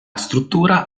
struttura